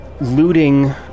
looting